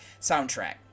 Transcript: soundtrack